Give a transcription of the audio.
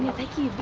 think he